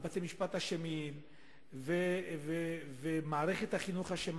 שבתי-משפט אשמים ומערכת החינוך אשמה,